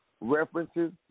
references